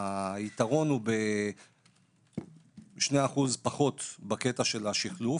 היתרון הוא ב-2% פחות בקטע של השחלוף,